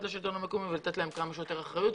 לשלטון המקומי ולתת לו כמה שיותר אחריות,